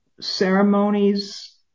Ceremonies